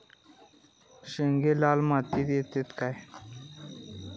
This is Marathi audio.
शेंगे लाल मातीयेत येतत काय?